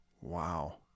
Wow